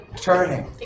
Turning